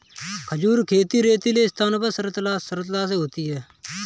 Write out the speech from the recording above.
खजूर खेती रेतीली स्थानों पर सरलता से होती है